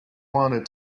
wanted